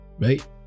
right